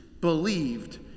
believed